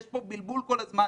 יש פה בלבול כל הזמן.